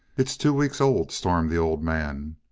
it's two weeks old, stormed the old man.